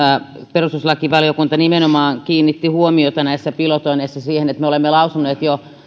perustuslakivaliokunta nimenomaan kiinnitti huomiota näissä pilotoinneissa siihen että me olemme jo